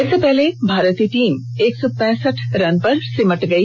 इससे पहले भारतीय टीम एक सौ पैसठ रन पर सिमट गई